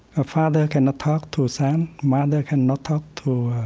a father cannot talk to a son, mother cannot talk to a